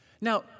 Now